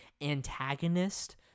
antagonist